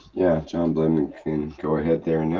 yeah, jon bliven can go ahead there and yeah